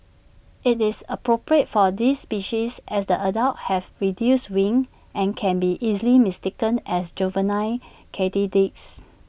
IT is appropriate for this species as the adults have reduced wings and can be easily mistaken as juvenile katydids